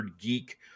geek